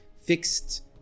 fixed